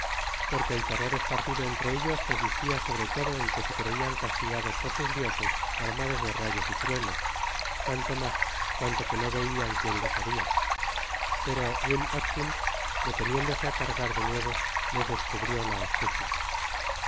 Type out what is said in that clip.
porque el terror esparcido entre ellos consistia sobre todo en que se creian castigados por sus dioses armados de rayos y truenos tanto mas cuanto que no veian qnién los heria pero will atkins deteniéndose á cargar de nuevo les descubrió la astucia